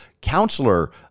counselor